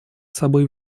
собой